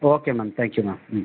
okay ma'am thank you ma'am ம்